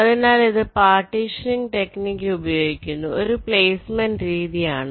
അതിനാൽ ഇത് partitioning technique ഉപയോഗിക്കുന്ന ഒരു പ്ലേസ്മെന്റ് രീതി ആണ്